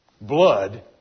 Blood